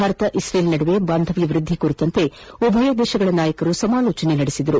Bharat Israel ನಡುವೆ ಬಾಂಧವ್ಯ ವ್ಯದ್ಧಿ ಕುರಿತಂತೆ ಉಭಯ ದೇಶಗಳ ನಾಯಕರು ಸಮಾಲೋಚನೆ ನಡೆಸಿದರು